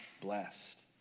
blessed